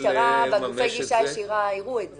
גופי הגישה הישירה יראו את זה.